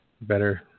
Better